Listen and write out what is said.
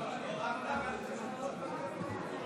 אני הראשון שרוצה וקורא לזה.